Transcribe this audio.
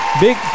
Big